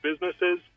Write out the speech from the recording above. businesses